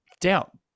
doubt